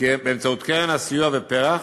באמצעות קרן הסיוע ופר"ח.